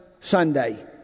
sunday